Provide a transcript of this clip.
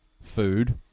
food